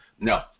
No